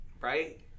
right